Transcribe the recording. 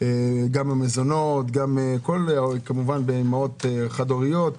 קצבת המזונות, כמובן אימהות חד-הוריות,